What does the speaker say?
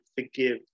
forgive